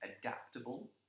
adaptable